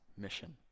mission